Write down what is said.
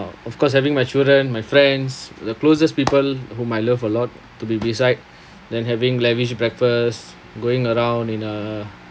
of course having my children my friends the closest people whom I love a lot to be beside then having lavish breakfast going around in a